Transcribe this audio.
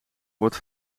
wordt